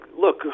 look